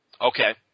Okay